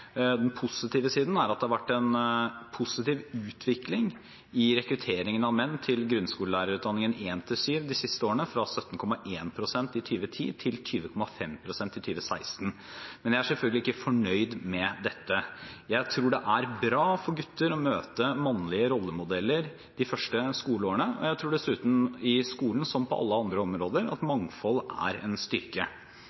Den positive siden er at det har vært en positiv utvikling i rekrutteringen av menn til grunnskolelærerutdanningen 1–7 de siste årene, fra 17,1 pst. i 2010 til 20,5 pst. i 2016. Men jeg er selvfølgelig ikke fornøyd med dette. Jeg tror at det er bra for gutter å møte mannlige rollemodeller de første skoleårene. Jeg tror dessuten at mangfold er en styrke i skolen, som på alle andre områder.